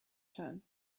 turn